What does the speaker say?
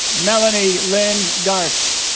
melany lynn gartz